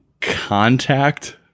contact